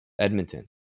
Edmonton